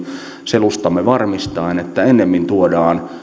selustamme varmistaen että ennemmin tuodaan